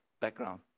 background